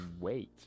wait